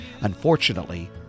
Unfortunately